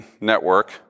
network